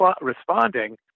responding